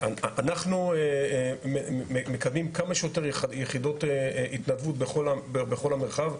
אנחנו מקבלים כמה שיותר יחידות התנדבות בכל המרחב.